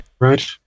Right